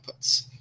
outputs